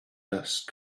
dust